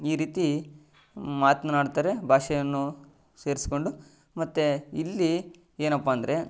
ಈ ರೀತಿ ಮಾತನ್ನಾಡ್ತಾರೆ ಭಾಷೆಯನ್ನು ಸೇರಿಸ್ಕೊಂಡು ಮತ್ತು ಇಲ್ಲಿ ಏನಪ್ಪ ಅಂದರೆ